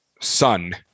son